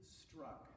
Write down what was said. struck